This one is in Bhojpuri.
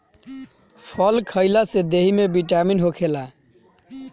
फल खइला से देहि में बिटामिन होखेला